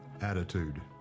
attitude